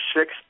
six